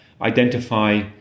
identify